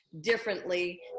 differently